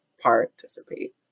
participate